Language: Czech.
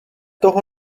toho